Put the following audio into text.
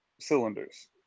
cylinders